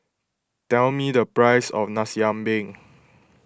tell me the price of Nasi Ambeng